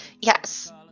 Yes